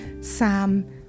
Sam